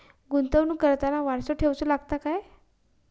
गुंतवणूक करताना वारसा ठेवचो लागता काय?